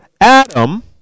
Adam